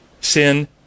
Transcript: Sin